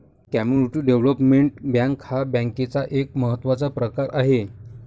community development bank हा बँकेचा एक महत्त्वाचा प्रकार आहे